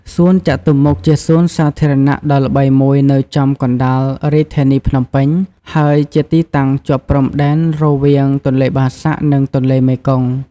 សួនចតុមុខ ជាសួនសាធារណៈដ៏ល្បីមួយនៅចំកណ្តាលរាជធានីភ្នំពេញ ហើយជាទីតាំងជាប់ព្រំដែនរវាងទន្លេបាសាក់ និងទន្លេមេគង្គ។